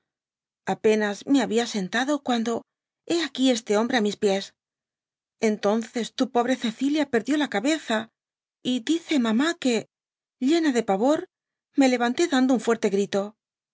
apenas me habia sentado cuando héaquí este hombre á mis pies enténces tu pobre cecilia perdió la cabeza y dice mamá que uena de pavor me levanté dando un fuerte grito